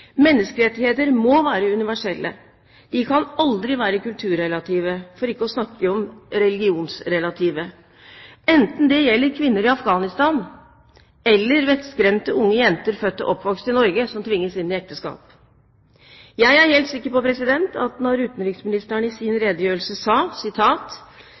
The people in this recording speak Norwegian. Menneskerettigheter må være universelle. De kan aldri være kulturrelative, for ikke å snakke om religionsrelative – enten det gjelder kvinner i Afghanistan eller vettskremte unge jenter født og oppvokst i Norge som tvinges inn i ekteskap. Jeg er helt sikker på at da utenriksministeren i sin